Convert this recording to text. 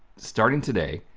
starting today,